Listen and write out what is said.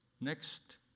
next